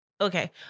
okay